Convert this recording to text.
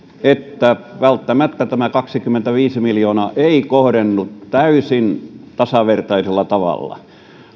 että välttämättä tämä kaksikymmentäviisi miljoonaa ei kohdennu täysin tasavertaisella tavalla